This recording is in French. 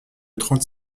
trente